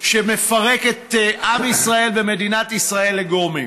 שמפרק את עם ישראל ומדינת ישראל לגורמים.